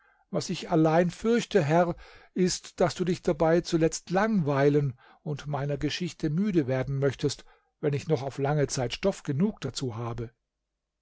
was ich allein fürchte herr ist daß du dich dabei zuletzt langweilen und meiner geschichte müde werden möchtest wenn ich noch auf lange zeit stoff genug dazu habe